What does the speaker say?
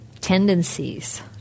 tendencies